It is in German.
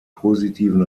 positiven